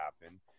happen